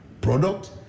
product